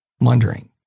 wondering